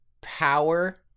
power